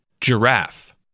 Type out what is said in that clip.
Giraffe